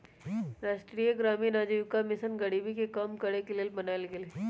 राष्ट्रीय ग्रामीण आजीविका मिशन गरीबी के कम करेके के लेल बनाएल गेल हइ